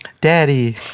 daddy